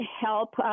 help